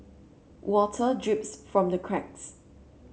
water drips from the cracks